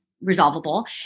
resolvable